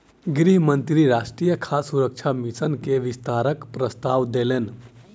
गृह मंत्री राष्ट्रीय खाद्य सुरक्षा मिशन के विस्तारक प्रस्ताव देलैन